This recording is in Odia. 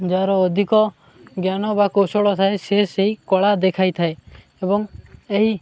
ଯାହାର ଅଧିକ ଜ୍ଞାନ ବା କୌଶଳ ଥାଏ ସେ ସେଇ କଳା ଦେଖାଇଥାଏ ଏବଂ ଏହି